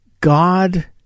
God